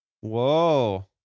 Whoa